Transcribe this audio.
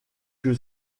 que